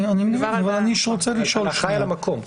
ההלכה היא על המקום.